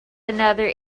another